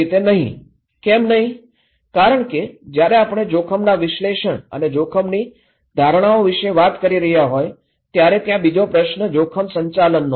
કેમ નહીં કારણ કે જયારે આપણે જોખમના વિશ્લેષણ અને જોખમની ધારણાઓ વિશે વાત કરી રહ્યા હોય ત્યારે ત્યાં બીજો પ્રશ્ન જોખમ સંચાલનનો છે